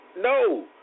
No